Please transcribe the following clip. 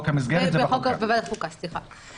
בוועדת החוקה, סליחה.